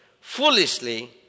foolishly